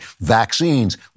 Vaccines